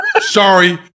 sorry